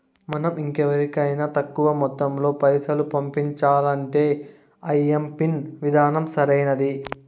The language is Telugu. మనం ఇంకెవరికైనా తక్కువ మొత్తంలో పైసల్ని పంపించాలంటే ఐఎంపిన్ విధానం సరైంది